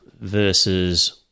Versus